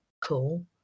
cool